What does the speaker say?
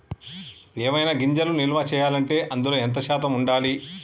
ఏవైనా గింజలు నిల్వ చేయాలంటే అందులో ఎంత శాతం ఉండాలి?